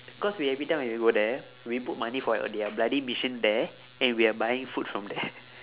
cause we every time when we were there we put money for their bloody machine there and we're buying food from there